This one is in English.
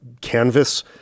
canvas